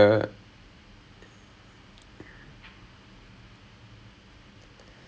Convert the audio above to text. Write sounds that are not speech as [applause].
[laughs] then I have to go then I remember that day முடிஞ்சுச்சு:mudincchu then you